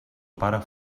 pare